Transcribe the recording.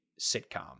sitcom